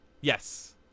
Yes